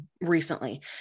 recently